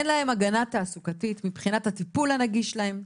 אין להן הגנה תעסוקתית מבחינת הטיפול הנגיש להן,